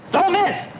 don't miss!